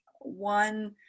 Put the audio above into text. one